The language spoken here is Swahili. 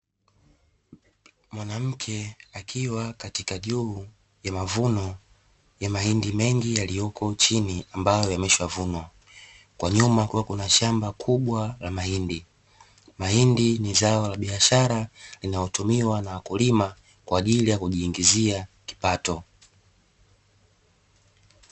Mwanamke akiwa katika juu ya mavuno ya mahindi mengi yaliyoko chini ambayo yameshavunwa, kwa nyuma kukiwa na shamba kubwa la mahindi, mahindi ni zao la biashara linalotumiwa na wakulima kwa ajili ya kuwaingizia kipato.